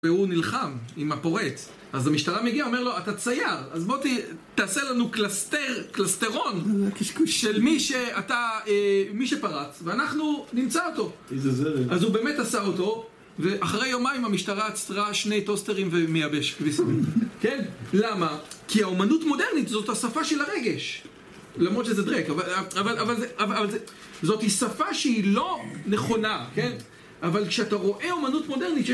והוא נלחם עם הפורץ אז המשטרה מגיעה אומר לו אתה צייר אז בוא תעשה לנו קלסטרון של מי שאתה מי שפרץ ואנחנו נמצא אותו אז הוא באמת עשה אותו ואחרי יומיים המשטרה עצרה שני טוסטרים ומייבש. כן! למה? כי האומנות מודרנית זאת השפה של הרגש למרות שזה דרק אבל זה זאת שפה שהיא לא נכונה אבל כשאתה רואה אומנות מודרנית